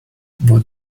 what